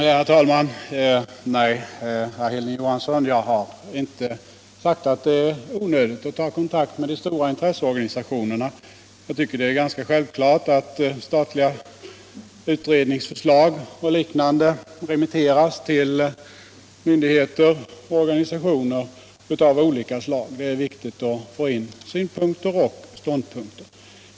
Herr talman! Nej, herr Hilding Johansson, jag har inte sagt att det är onödigt att ta kontakt med de stora intresseorganisationerna. Jag tycker det är självklart att statliga utredningsförslag och liknande remitteras till myndigheter och organisationer av olika slag. Det är viktigt att få fram synpunkter och ståndpunkter.